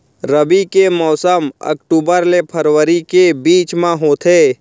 रबी के मौसम अक्टूबर ले फरवरी के बीच मा होथे